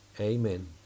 Amen